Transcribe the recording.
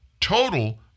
total